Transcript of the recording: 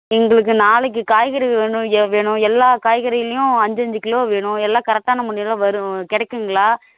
எங்களுக்கு நாளைக்கு காய்கறி வேணும் வேணும் எல்லா காய்கறிலேயும் அஞ்சஞ்சு கிலோ வேணும் எல்லாம் கரெக்டான முன்னேலாம் வரும் கிடைக்குங்களா